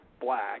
black